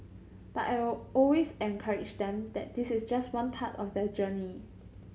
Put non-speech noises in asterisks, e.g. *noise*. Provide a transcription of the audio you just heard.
but I *unintelligible* always encourage them that this is just one part of their journey